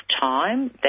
time